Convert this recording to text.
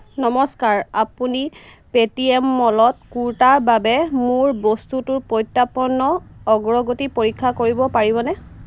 নমস্কাৰ আপুনি পেটিএম মলত কুৰ্তাৰ বাবে মোৰ বস্তুটোৰ প্ৰত্যৰ্পণৰ অগ্ৰগতি পৰীক্ষা কৰিব পাৰিবনে